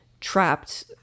trapped